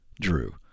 drew